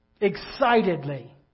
excitedly